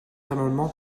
amendement